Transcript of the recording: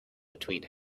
between